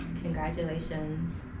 Congratulations